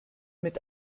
mit